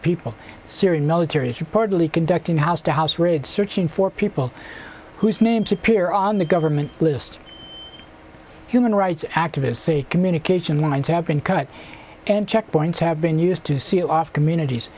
people syrian military is reportedly conducting house to house raids searching for people whose names appear on the government list human rights activists say communication lines have been cut and checkpoints have been used to seal off communities